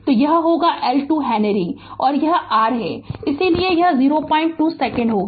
तो यह होगा यह L 2 हेनरी है और यह R है इसलिए यह 02 सेकंड होगा